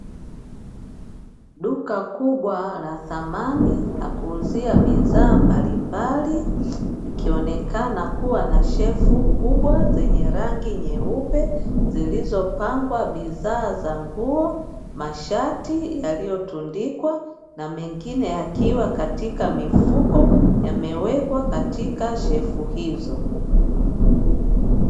Duka kubwa la samani la kuuzia bidhaa mbalimbali likionekana kuwa na shelfu kubwa zenye rangi nyeupe zilizopangwa bidhaa za nguo, mashati yaliyotundikwa na mengine yakiwa kwenye mifuko yamewekwa katika shelfu hizo.